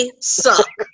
suck